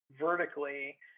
vertically